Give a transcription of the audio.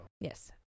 Yes